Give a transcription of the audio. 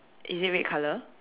is it red colour